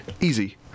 easy